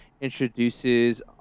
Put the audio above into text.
introduces